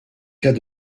cas